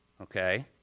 okay